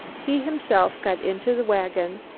he himself got into the wagon,